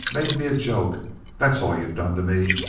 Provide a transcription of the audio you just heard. made me a joke that's all you've done to me.